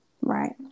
Right